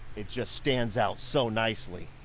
it just stands out so nicely.